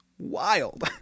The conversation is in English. wild